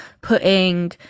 putting